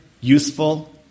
useful